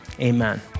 Amen